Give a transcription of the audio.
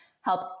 help